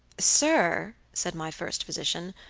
sir, said my first physician,